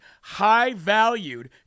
high-valued